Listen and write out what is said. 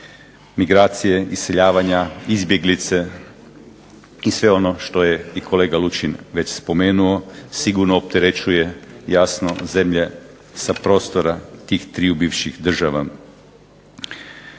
migracije, iseljavanja, izbjeglice i sve ono što je i kolega Lučin već spomenuo sigurno opterećuje jasno zemlje sa prostora tih triju bivših država.